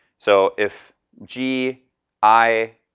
so if g i,